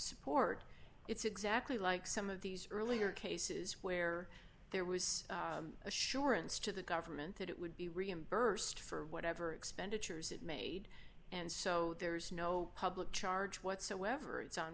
support it's exactly like some of these earlier cases where there was assurance to the government that it would be reimbursed for whatever expenditures it made and so there is no public charge whatsoever